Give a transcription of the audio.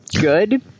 good